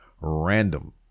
random